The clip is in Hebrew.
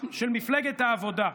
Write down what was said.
של מפלגת העבודה.